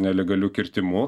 nelegaliu kirtimu